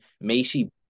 Macy